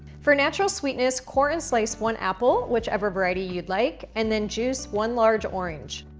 for natural sweetness core and slice one apple, whichever variety you'd like and then juice one large orange.